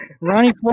Ronnie